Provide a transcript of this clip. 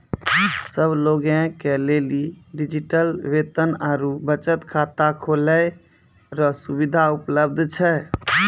सब लोगे के लेली डिजिटल वेतन आरू बचत खाता खोलै रो सुविधा उपलब्ध छै